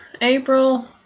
April